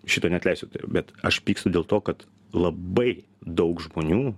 šito neatleisiu bet aš pykstu dėl to kad labai daug žmonių